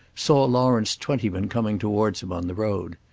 saw lawrence twentyman coming towards him on the road.